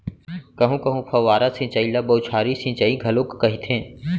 कहूँ कहूँ फव्वारा सिंचई ल बउछारी सिंचई घलोक कहिथे